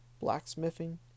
blacksmithing